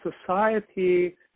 society